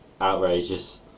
Outrageous